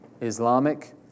Islamic